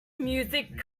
music